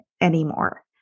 anymore